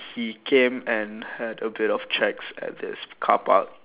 he came and had a bit of checks at this car park